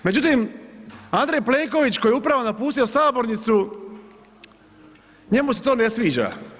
Međutim, Andrej Plenković koji je upravo napustio sabornicu, njemu se to ne sviđa.